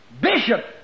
bishop